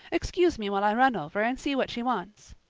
excuse me while i run over and see what she wants.